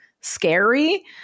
scary